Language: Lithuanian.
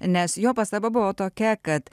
nes jo pastaba buvo tokia kad